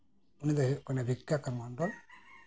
ᱩᱱᱤ ᱫᱚᱭ ᱦᱩᱭᱩᱜ ᱠᱟᱱᱟ ᱵᱷᱤᱠᱠᱟ ᱢᱚᱱᱰᱚᱞ